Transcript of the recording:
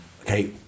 Okay